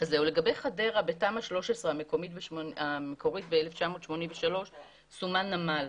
לגבי חדרה, בתמ"א 13 המקורית ב-1983 סומן נמל.